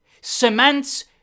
cements